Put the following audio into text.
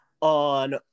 on